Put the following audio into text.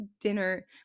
dinner